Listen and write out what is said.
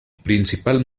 principal